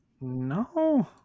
no